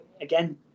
again